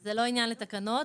זה לא עניין לתקנות.